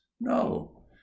no